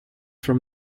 from